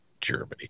Germany